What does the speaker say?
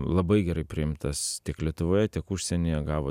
labai gerai priimtas tiek lietuvoje tik užsienyje gavo